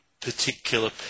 particular